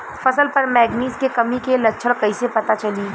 फसल पर मैगनीज के कमी के लक्षण कइसे पता चली?